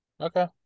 Okay